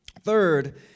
Third